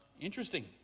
Interesting